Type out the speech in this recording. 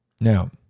Now